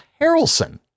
Harrelson